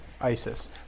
isis